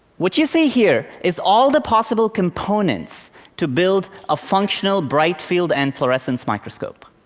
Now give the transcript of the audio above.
what you see here is all the possible components to build a functional bright-field and fluorescence microscope.